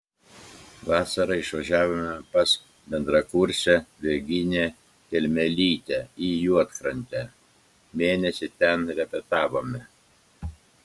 vasarą išvažiavome pas bendrakursę virginiją kelmelytę į juodkrantę mėnesį ten repetavome